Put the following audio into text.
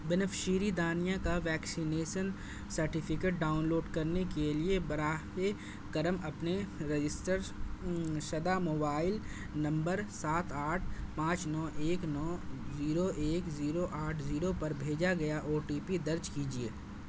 beneficiary Dania کا vaccination certificate download کرنے کے لیے براہ کرم اپنے رجسٹر شدہ موبائل نمبر سات آٹھ پانچ نو ایک نو زیرو ایک زیرو آٹھ زیرو پر بھیجا گیا او ٹی پی درج کیجیے